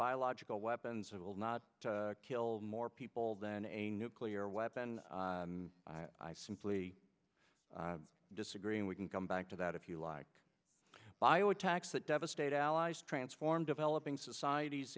biological weapons will not kill more people than a nuclear weapon i simply disagree and we can come back to that if you like bio attacks that devastate allies transform developing societ